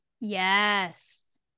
Yes